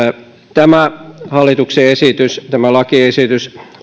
tämä hallituksen esitys tämä lakiesitys